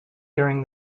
during